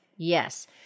Yes